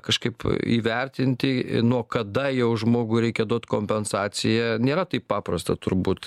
kažkaip įvertinti nuo kada jau žmogui reikia duot kompensaciją nėra taip paprasta turbūt